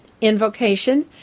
Invocation